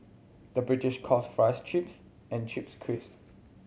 the British calls fries chips and chips